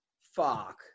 Fuck